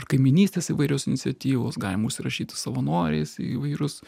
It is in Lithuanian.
ir kaimynystės įvairios iniciatyvos galima užsirašyti savanoriais į įvairius